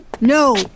no